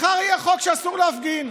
מחר יהיה חוק שאסור להפגין,